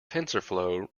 tensorflow